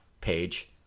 page